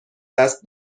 دست